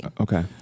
okay